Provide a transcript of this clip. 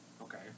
Okay